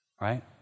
right